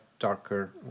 Darker